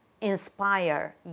inspire